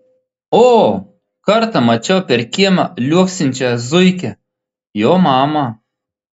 o kartą mačiau per kiemą liuoksinčią zuikę jo mamą